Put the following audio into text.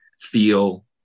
feel